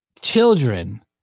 Children